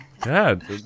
god